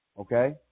Okay